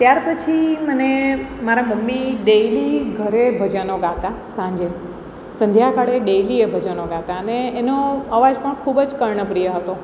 ત્યાર પછી મને મારા મમ્મી ડેઈલી ઘરે ભજનો ગાતાં સાંજે સંધ્યાકાળે ડેલી એ ભજનો ગાતાં અને એનો અવાજ પણ ખૂબ જ કર્ણપ્રિય હતો